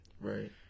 Right